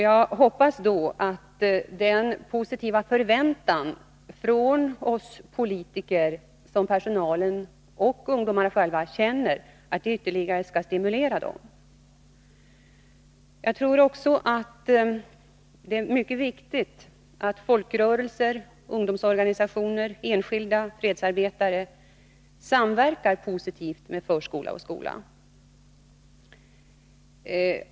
Jag hoppas att den positiva förväntan från oss politiker som personalen och ungdomarna känner ytterligare skall stimulera dem. Jag tror också att det är mycket viktigt att folkrörelser, ungdomsorganisationer och enskilda fredsarbetare positivt samverkar med förskola och skola.